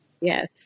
Yes